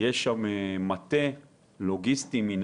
יש שם מטה לוגיסטי ויש